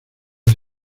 has